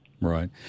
Right